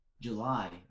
July